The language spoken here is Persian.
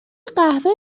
قهوه